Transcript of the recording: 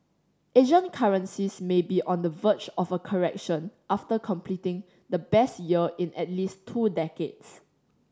Asian currencies may be on the verge of a correction after completing the best year in at least two decades